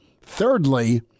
Thirdly